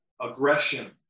aggression